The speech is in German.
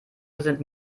sind